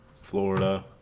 Florida